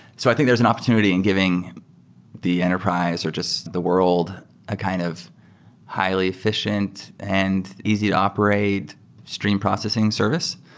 so i think there's an opportunity in giving the enterprise or just the world a kind of highly efficient and easy to operate stream processing service.